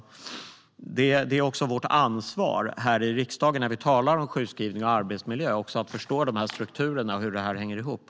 Det är vårt ansvar i riksdagen när vi talar om sjukskrivning och arbetsmiljö att förstå dessa strukturer och hur detta hänger ihop.